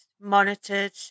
monitored